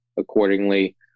Accordingly